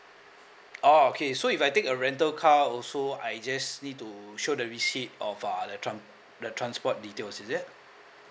oh okay so if I take a rental car also I just need to show the receipt of uh the tran~ the transport details is it